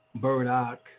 burdock